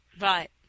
Right